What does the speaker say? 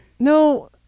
No